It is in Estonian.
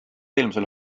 eelmisel